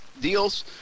deals